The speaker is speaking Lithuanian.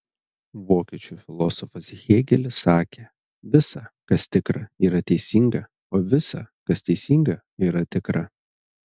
vokiečių filosofas hėgelis sakė visa kas tikra yra teisinga o visa kas teisinga yra tikra